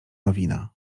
nowina